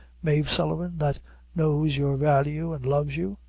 mave sullivan, that knows your value and loves you.